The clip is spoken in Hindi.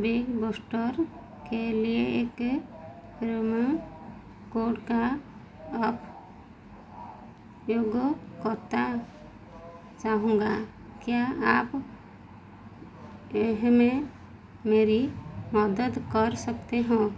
बिग बोस्टर के लिए एक प्रोमो कोड का अपयोग करता चाहूँगा क्या आप एहमें मेरी मदद कर सकते हो